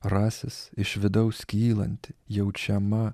rasis iš vidaus kylanti jaučiama